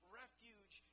refuge